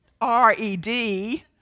R-E-D